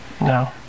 No